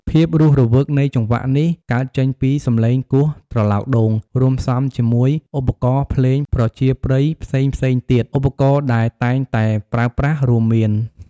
ភាពរស់រវើកនៃចង្វាក់នេះ កើតចេញពីសំឡេងគោះត្រឡោកដូង រួមផ្សំជាមួយឧបករណ៍ភ្លេងប្រជាប្រិយផ្សេងៗទៀត។ ឧបករណ៍ដែលតែងតែប្រើប្រាស់រួមមាន